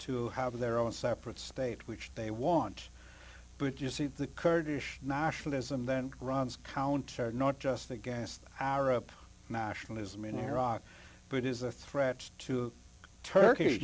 to have their own separate state which they want but you see the kurdish nationalism then runs counter not just against our up nationalism in iraq but is a threat to turkey